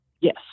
Yes